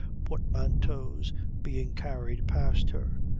portmanteaus, being carried past her,